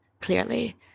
clearly